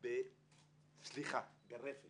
סופו שהוא קובע גם מה טוב לאזרח לחשוב